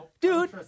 dude